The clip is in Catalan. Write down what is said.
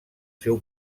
seu